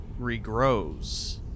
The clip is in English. regrows